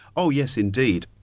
oh yes, indeed.